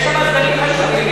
יש שם סגנים חשובים,